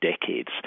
decades